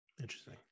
interesting